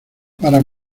para